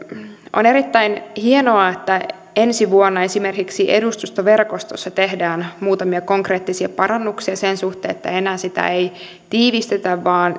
on erittäin hienoa että ensi vuonna esimerkiksi edustustoverkostossa tehdään muutamia konkreettisia parannuksia sen suhteen että enää sitä ei tiivistetä vaan